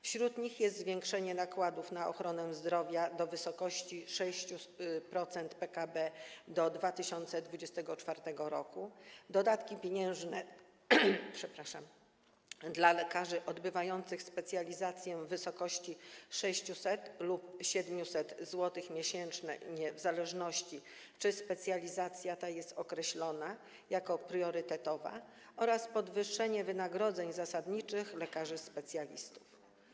Wśród nich są: zwiększenie nakładów na ochronę zdrowia do wysokości 6% PKB do 2024 r., dodatki pieniężne dla lekarzy odbywających specjalizację w wysokości 600 lub 700 zł miesięcznie, w zależności od tego, czy specjalizacja ta jest określona jako priorytetowa, oraz podwyższenie wynagrodzeń zasadniczych lekarzy specjalistów.